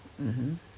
mmhmm